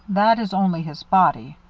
that is only his body.